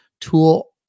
tool